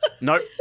Nope